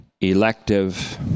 Elective